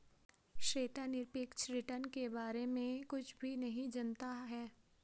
श्वेता निरपेक्ष रिटर्न के बारे में कुछ भी नहीं जनता है